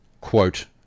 quote